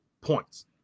points